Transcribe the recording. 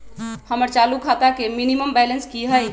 हमर चालू खाता के मिनिमम बैलेंस कि हई?